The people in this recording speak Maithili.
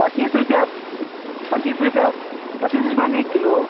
पच्चीस रुपैआ पच्चीस रुपैआ पच्चीस रुपैआमे एक किलो